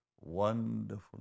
Wonderful